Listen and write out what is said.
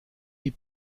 die